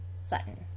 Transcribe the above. Sutton